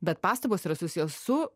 bet pastabos yra susiję su